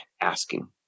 asking